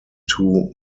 two